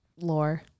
lore